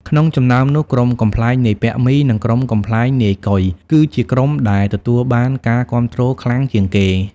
ក្នុងចំណោមនោះ ក្រុមកំប្លែងនាយពាក់មី និងក្រុមកំប្លែងនាយកុយ គឺជាក្រុមដែលទទួលបានការគាំទ្រខ្លាំងជាងគេ។